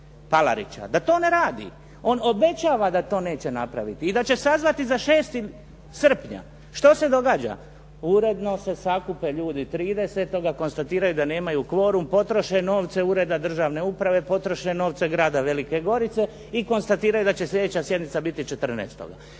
da to ne radi. On obećava da to neće napraviti i da će sazvati za 6. srpnja. Što se događa? Uredno se sakupe ljudi 30., konstatiraju da nemaju kvorum, potroše novce Ureda državne uprave, potroše novce Grada Velike Gorice i konstatiraju da će sljedeća sjednica biti 14.